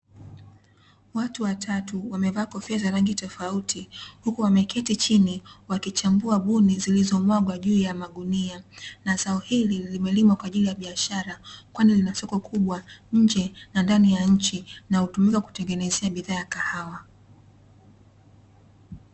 Watu watatu, wamevaa kofia za rangi tofauti huku wameketi chini, wakichambua buni zilizomwagwa juu ya magunia, na zao hili limelimwa kwaajili ya biashara, kwani lina soko kubwa nje na ndani ya nchi na hutumika kutengenezea bidhaa ya kahawa.